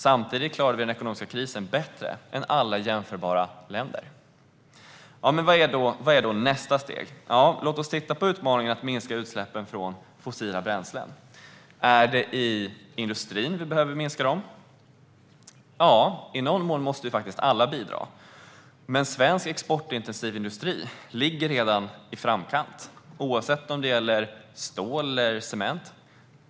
Samtidigt klarade vi den ekonomiska krisen bättre än alla jämförbara länder. Vad är då nästa steg? Låt oss titta på utmaningen att minska utsläppen från fossila bränslen. Är det i industrin som de behöver minska? Ja, i någon mån måste faktiskt alla bidra. Men svensk exportintensiv industri ligger redan i framkant, oavsett om det gäller stål eller cement.